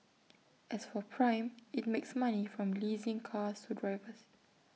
as for prime IT makes money from leasing cars to drivers